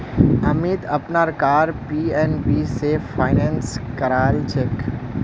अमीत अपनार car PNB स finance करालछेक